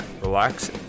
relax